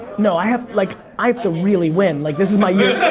no i have like i have to really win. like this is my year.